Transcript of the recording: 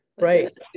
right